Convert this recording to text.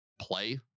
play